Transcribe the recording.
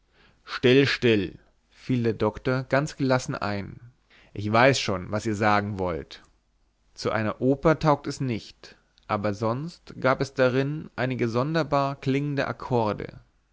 still still fiel der doktor ganz gelassen ein ich weiß schon was ihr sagen wollt zu einer oper taugt es nicht aber sonst gab es darin einige sonderbar klingende akkorde